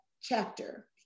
chapter